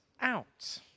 out